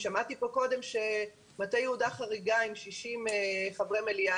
שמעתי כאן קודם שמטה יהודה חריג עם 60 חברי מליאה.